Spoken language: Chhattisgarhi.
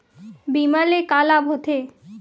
बीमा ले का लाभ होथे?